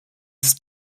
ist